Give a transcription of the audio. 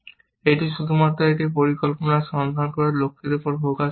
এটি শুধুমাত্র একটি পরিকল্পনার সন্ধান করে লক্ষ্যের উপর ফোকাস করছে